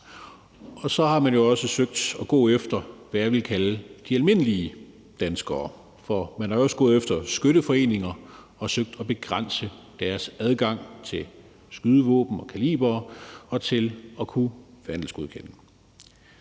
Og så har man også søgt at gå efter, hvad jeg vil kalde de almindelige danskere, for man er jo også gået efter skytteforeninger og har søgt at begrænse deres adgang til skydevåben og kalibere og til at kunne få vandelsgodkendelse.